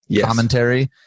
commentary